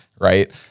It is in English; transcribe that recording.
Right